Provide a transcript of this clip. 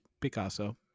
Picasso